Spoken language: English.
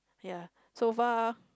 ya so far